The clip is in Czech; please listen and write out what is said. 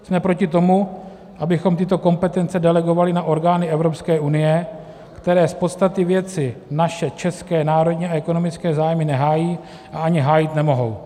Jsme proti tomu, abychom tyto kompetence delegovali na orgány Evropské unie, které z podstaty věci naše české národní a ekonomické zájmy nehájí a ani hájit nemohou.